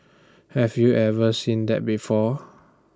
have you ever seen that before